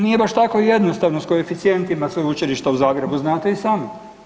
Nije baš tako jednostavno s koeficijentima Sveučilišta u Zagrebu, znate i sami.